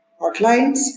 hotlines